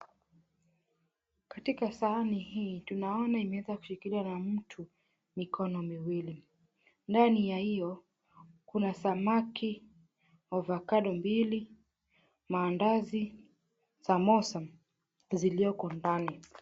Katika sahani hii tunaona imeweza kushikiliwa na mtu mikono miwili. Ndani ya hiyo kuna samaki, avocado mbili, maandazi, samosa zilioko ndani.